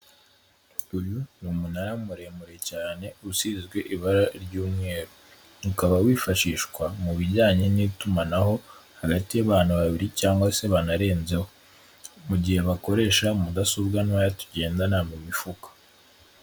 Uyu ni umunara muremure cyane usizwe ibara ry'umweru, ukaba wifashishwa mu bijyanye n'itumanaho hagati y'abana babiri cyangwa se banarenzeho mu gihe bakoresha mudasobwa ntoya tugendanwa mu mifuka.